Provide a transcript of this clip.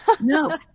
no